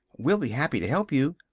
we'll be happy to help you,